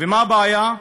ומה הבעיה?